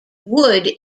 wood